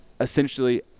essentially